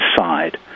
inside